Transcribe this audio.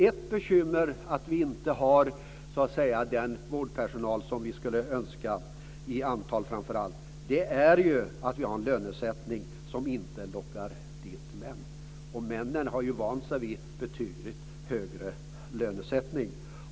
Ett bekymmer, som gör att vi inte har så mycket vårdpersonal som vi skulle önska, är att vi har en lönesättning som inte lockar män. Männen har vant sig vid betydligt högre lönesättning.